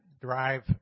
drive